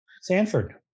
Sanford